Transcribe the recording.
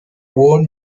own